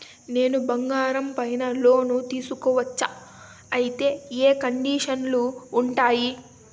నేను బంగారం పైన లోను తీసుకోవచ్చా? అయితే ఏ కండిషన్లు ఉంటాయి?